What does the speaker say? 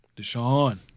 Deshaun